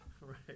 Right